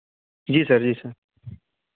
जी sir जी sir